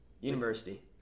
University